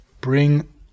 bring